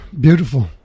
beautiful